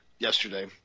Yesterday